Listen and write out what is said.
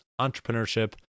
entrepreneurship